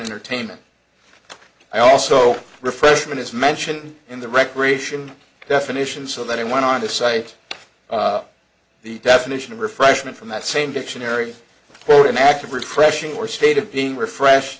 entertainment i also refreshment is mentioned in the recreation definition so that i went on to cite the definition of refreshment from that same dictionary for an act of refreshing or state of being refresh